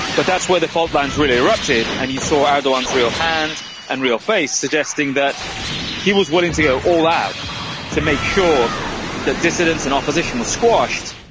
but that's where the fault lines really erupted and you saw erdogan's real hand and real face, suggesting that he was willing to go all-out to make sure that dissidents and opposition were squashed.